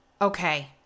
Okay